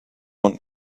want